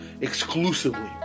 exclusively